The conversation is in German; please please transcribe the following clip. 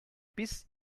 bis